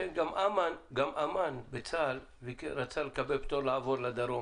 כן, גם אמ"ן בצה"ל רצה לקבל פטור מלעבור לדרום,